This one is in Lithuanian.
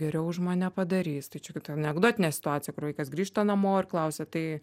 geriau už mane padarys tai čia kaip ta anekdotinė situacija kai vaikas grįžta namo ir klausia tai